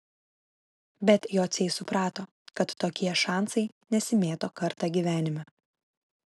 bet jociai suprato kad tokie šansai nesimėto kartą gyvenime